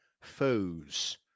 foes